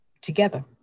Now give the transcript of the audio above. together